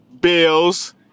Bills